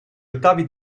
ottavi